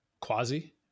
Quasi